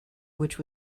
which